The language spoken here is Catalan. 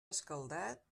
escaldat